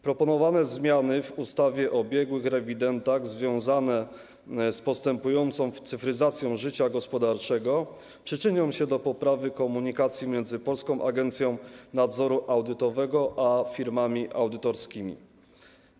Proponowane zmiany w ustawie o biegłych rewidentach związane z postępującą cyfryzacją życia gospodarczego przyczynią się do poprawy komunikacji między Polską Agencją Nadzoru Audytowego a firmami audytorskimi.